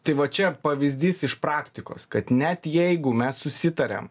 tai va čia pavyzdys iš praktikos kad net jeigu mes susitariam